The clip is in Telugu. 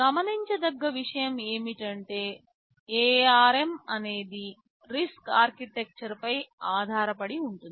గమనించదగ్గ విషయం ఏమిటంటే ARM అనేది RISC ఆర్కిటెక్చర్ పై ఆధారపడి ఉంటుంది